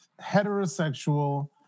heterosexual